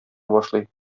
башлый